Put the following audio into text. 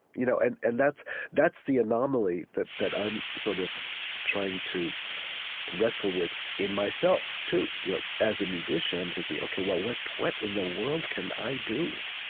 you know and and that's that's the anomaly that that i'm sort of trying to wrestle with in myself, too. you know as a musician, i'm thinking, ok, well what what in the world can i do?